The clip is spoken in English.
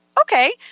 Okay